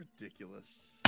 ridiculous